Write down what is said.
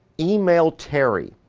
email terry,